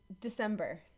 December